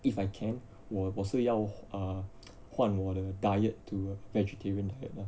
if I can 我是要 err 换我的 diet to a vegetarian diet